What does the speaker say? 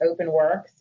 OpenWorks